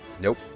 Nope